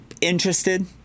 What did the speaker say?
Interested